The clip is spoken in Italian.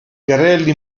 carrelli